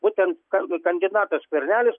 būtent kan kandidatas skvernelis